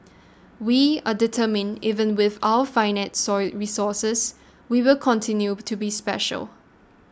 we are determined even with our finite resources we will continue to be special